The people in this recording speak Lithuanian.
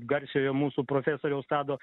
garsiojo mūsų profesoriaus tado